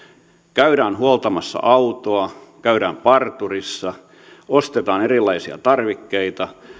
käydään huoltamassa autoa käydään parturissa ostetaan erilaisia tarvikkeita